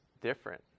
different